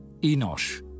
Enosh